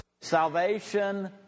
salvation